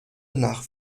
nach